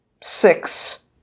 six